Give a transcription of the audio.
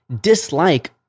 dislike